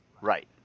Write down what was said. Right